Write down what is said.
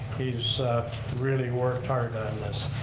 he's really worked hard on this.